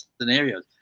scenarios